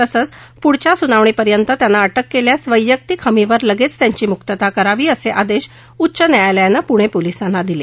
तसंच पुढच्या सुनावणीपर्यंत त्यांना अटक केल्यास वैयक्तीक हमीवर लगेच त्यांची मुक्तता करावी असे आदेश उच्च न्यायलयानं पुणे पोलिसांना दिले